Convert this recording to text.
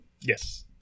Yes